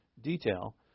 detail